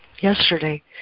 yesterday